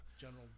general